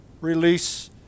release